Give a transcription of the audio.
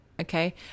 Okay